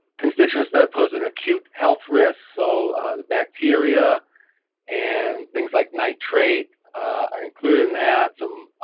constituents that pose an acute health risk. so the bacteria and things like nitrate are included in that, some